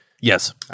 Yes